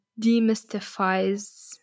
demystifies